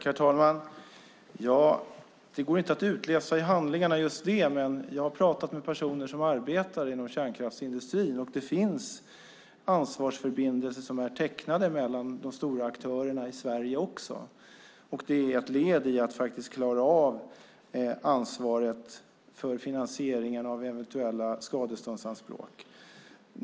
Herr talman! Just det går inte att utläsa i handlingarna, men jag har pratat med personer som arbetar inom kärnkraftsindustrin, och det finns ansvarsförbindelser som är tecknade mellan de stora aktörerna i Sverige också. Det är ett led i att faktiskt klara av ansvaret för finansieringen av eventuella skadeståndsanspråk.